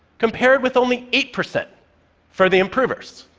compared with only eight percent for the improvers.